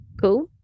Cool